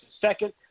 second